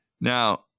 Now